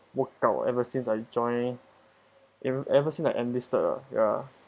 worked out ever since I join in ever since I enlisted lah ya